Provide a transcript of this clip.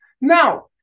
Now